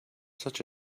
such